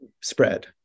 spread